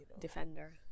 Defender